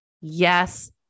Yes